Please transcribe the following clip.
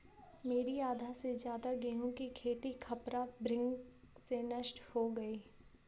मेरी आधा से ज्यादा गेहूं की खेती खपरा भृंग से नष्ट हो गई